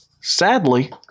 sadly